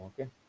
Okay